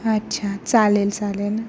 अच्छा चालेल चालेल ना